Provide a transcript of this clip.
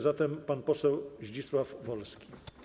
Zatem pan poseł Zdzisław Wolski.